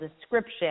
description